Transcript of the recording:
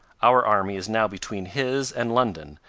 our army is now between his and london,